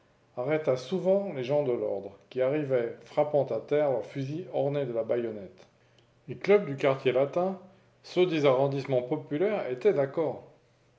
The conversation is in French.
arrêta souvent les gens de l'ordre qui arrivaient frappant à terre leurs fusils ornés de la baïonnette les clubs du quartier latin ceux des arrondissements populaires étaient d'accord